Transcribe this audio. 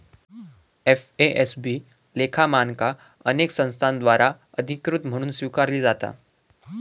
FASB लेखा मानका अनेक संस्थांद्वारा अधिकृत म्हणून स्वीकारली जाता